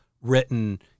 written